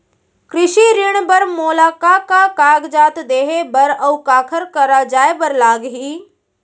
कृषि ऋण बर मोला का का कागजात देहे बर, अऊ काखर करा जाए बर लागही?